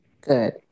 Good